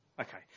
okay